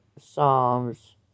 psalms